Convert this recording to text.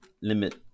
limit